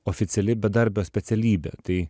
oficiali bedarbio specialybė tai